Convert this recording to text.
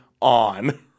on